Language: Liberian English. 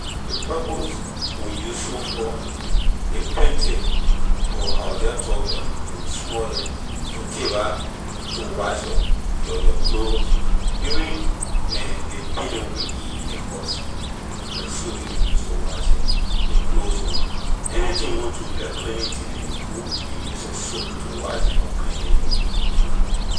Ley purpose we use soap for a plenty but I will jeh talk small here to take bath to wash your you’re your clothes even ley pan neh we can eat in in ley house la ley soap we can use to wash it ley clothes ho anything you want do like cleaning thing neh a good you use your soap to wash them or clean them a can be looking fine.